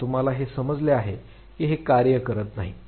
तर तुम्हाला हे समजले आहे की हे कार्य करत नाही